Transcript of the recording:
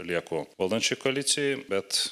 lieku valdančioj koalicijoj bet